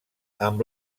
amb